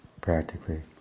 practically